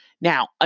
Now